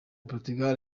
portugal